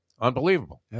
Unbelievable